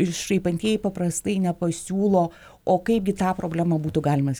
besišaipantieji paprastai nepasiūlo o kaipgi tą problemą būtų galima